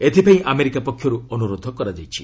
ଏଥିପାଇଁ ଆମେରିକା ପକ୍ଷରୁ ଅନୁରୋଧ କରାଯାଇଛି